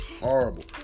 horrible